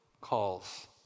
calls